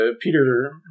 Peter